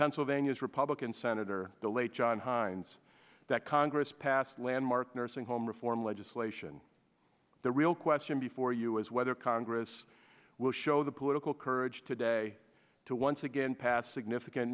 pennsylvania's republican senator the late john heinz that congress passed landmark nursing home reform legislation the real question before us whether congress will show the political urge today to once again passed significant